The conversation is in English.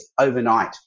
overnight